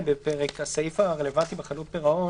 הסעיף הרלוונטי בחוק חדלות פירעון.